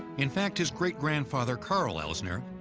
in fact, his great-grandfather, karl elsener,